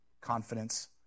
Confidence